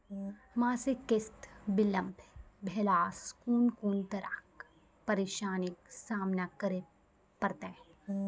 मासिक किस्त बिलम्ब भेलासॅ कून कून तरहक परेशानीक सामना करे परतै?